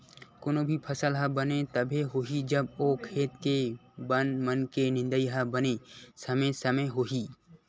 कोनो भी फसल ह बने तभे होही जब ओ खेत के बन मन के निंदई ह बने समे समे होही